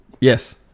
yes